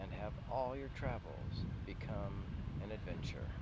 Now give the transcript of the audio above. and have all your travel become an adventure